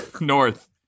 north